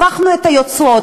הפכנו את היוצרות.